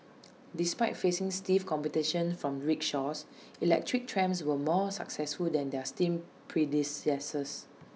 despite facing stiff competition from rickshaws electric trams were more successful than their steam predecessors